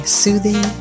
soothing